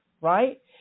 right